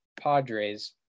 Padres